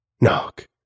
knock